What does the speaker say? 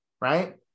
right